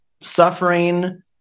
suffering